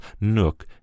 nook